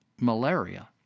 malaria